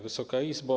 Wysoka Izbo!